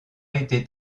été